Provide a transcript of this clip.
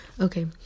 Okay